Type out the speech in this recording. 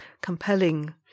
compelling